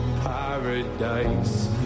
paradise